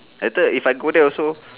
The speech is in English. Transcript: later if I go there also